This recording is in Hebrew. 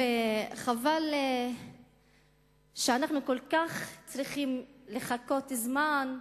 חבל שאנחנו צריכים לחכות כל כך הרבה זמן,